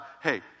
hey